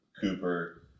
Cooper